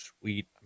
Sweet